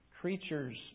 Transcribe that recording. creatures